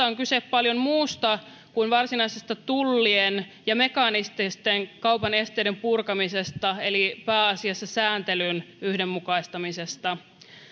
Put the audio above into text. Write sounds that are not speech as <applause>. <unintelligible> on kyse paljon muusta kuin varsinaisesta tullien ja mekaanisten kaupan esteiden purkamisesta eli pääasiassa sääntelyn yhdenmukaistamisesta